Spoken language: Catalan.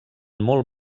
molt